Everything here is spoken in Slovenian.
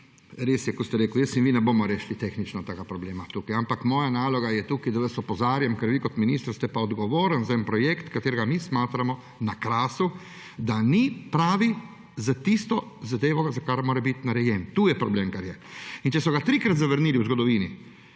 Res je, kot ste rekli. Jaz in vi ne bova rešila tehnično tega problema tukaj, ampak moja naloga tukaj je, da vas opozarjam, ker vi kot minister ste pa odgovorni za projekt, katerega mi smatramo na Krasu, da ni pravi za tisto zadevo, za kar mora biti narejen. To je problem. In če so ga trikrat zavrnili v zgodovini,